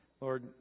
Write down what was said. Lord